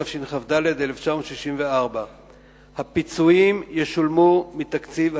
התשכ"ד 1964. הפיצויים ישולמו מתקציב הכנסת,